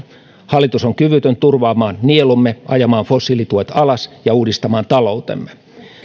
hallitus on kyvytön turvaamaan nielumme ajamaan fossiilituet alas ja uudistamaan taloutemme